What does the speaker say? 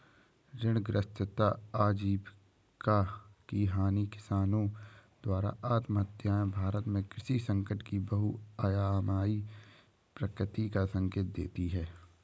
ऋणग्रस्तता आजीविका की हानि किसानों द्वारा आत्महत्याएं भारत में कृषि संकट की बहुआयामी प्रकृति का संकेत देती है